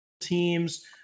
teams